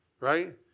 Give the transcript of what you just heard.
right